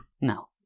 no